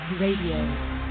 Radio